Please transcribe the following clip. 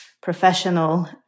professional